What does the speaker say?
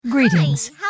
Greetings